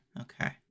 okay